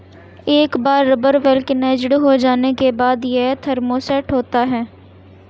एक बार rubber vulcanised हो जाने के बाद, यह थर्मोसेट होता है